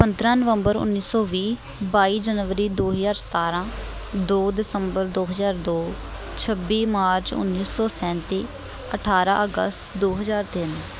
ਪੰਦਰਾਂ ਨਵੰਬਰ ਉੱਨੀ ਸੌ ਵੀਹ ਬਾਈ ਜਨਵਰੀ ਦੋ ਹਜ਼ਾਰ ਸਤਾਰ੍ਹਾਂ ਦੋ ਦਸੰਬਰ ਦੋ ਹਜ਼ਾਰ ਦੋ ਛੱਬੀ ਮਾਰਚ ਉੱਨੀ ਸੌ ਸੈਂਤੀ ਅਠਾਰ੍ਹਾਂ ਅਗਸਤ ਦੋ ਹਜ਼ਾਰ ਤਿੰਨ